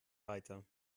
weiter